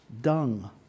dung